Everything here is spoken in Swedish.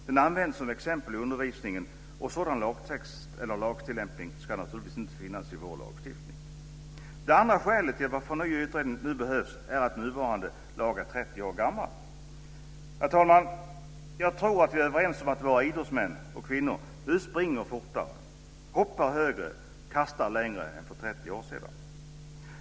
Den används som exempel i undervisningen, och sådan lagtext eller lagtillämpning ska naturligtvis inte finnas i vår lagstiftning. Det andra skälet till att en ny utredning nu behövs är att nuvarande lag är 30 år gammal. Herr talman! Jag tror att vi är överens om att våra idrottsmän och kvinnor nu springer fortare, hoppar högre och kastar längre än för 30 år sedan.